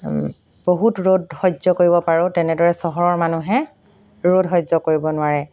বহুত ৰ'দ সহ্য কৰিব পাৰোঁ তেনেদৰে চহৰৰ মানুহে ৰ'দ সহ্য কৰিব নোৱাৰে